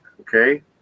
Okay